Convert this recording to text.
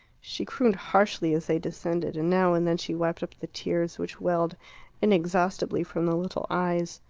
she crooned harshly as they descended, and now and then she wiped up the tears which welled inexhaustibly from the little eyes.